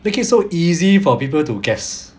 make it so easy for people to guess